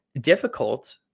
difficult